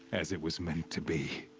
as it was meant to be.